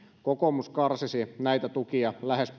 kokoomus karsisi näitä tukia lähes